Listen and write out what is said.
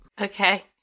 Okay